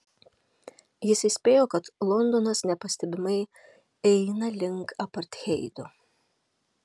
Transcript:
jis įspėjo kad londonas nepastebimai eina link apartheido